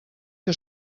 que